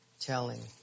telling